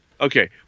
Okay